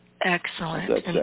Excellent